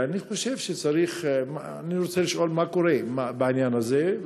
אני רוצה לשאול מה קורה בעניין הזה.